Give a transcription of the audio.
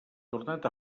tornat